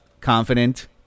confident